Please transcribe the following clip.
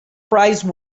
prize